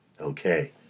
Okay